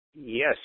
Yes